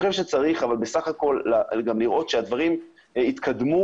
אני חושב שצריך גם לראות שהדברים יתקדמו.